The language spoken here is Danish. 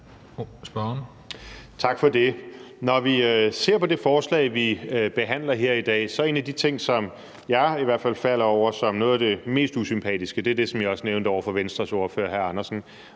Tak for det. Når vi ser på det forslag, vi behandler her i dag, er en af de ting, som jeg i hvert fald falder over som noget af det mest usympatiske, det, som jeg også nævnte over for Venstres ordfører, hr. Hans Andersen,